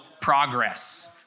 progress